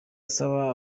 asaba